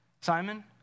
Simon